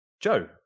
Joe